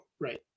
Right